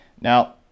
Now